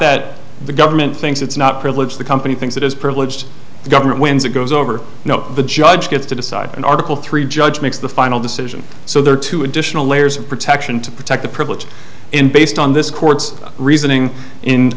that the government thinks it's not privilege the company thinks it is privileged the government wins it goes over the judge gets to decide and article three judge makes the final decision so there are two additional layers of protection to protect the privilege in based on this court's reasoning